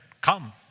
come